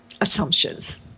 assumptions